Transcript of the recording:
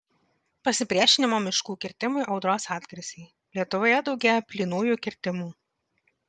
pasipriešinimo miškų kirtimui audros atgarsiai lietuvoje daugėja plynųjų kirtimų